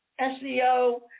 SEO